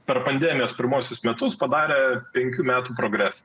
per pandemijos pirmuosius metus padarė penkių metų progresą